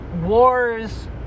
wars